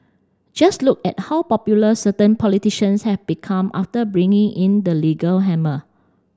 just look at how popular certain politicians have become after bringing in the legal hammer